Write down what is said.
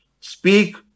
Speak